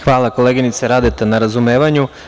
Hvala, koleginice Radeta, na razumevanju.